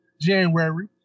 January